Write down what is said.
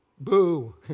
Boo